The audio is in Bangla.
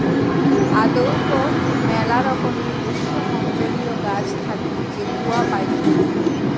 আদৌক মেলা রকমের গ্রীষ্মমন্ডলীয় গাছ থাকি যে কূয়া পাইচুঙ